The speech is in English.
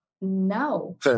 No